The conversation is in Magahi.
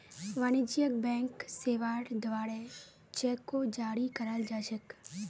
वाणिज्यिक बैंक सेवार द्वारे चेको जारी कराल जा छेक